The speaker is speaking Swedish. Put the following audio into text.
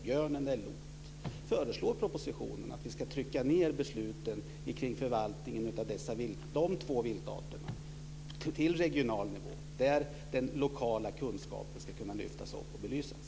Regeringen föreslår i propositionen att vi ska flytta ned besluten i förvaltningen av de två viltarterna till regional nivå där den lokala kunskapen ska kunna lyftas upp och belysas.